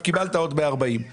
קיבלת עוד 140 מיליון שקלים.